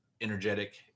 energetic